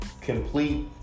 complete